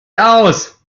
aus